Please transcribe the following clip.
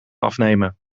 afnemen